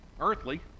earthly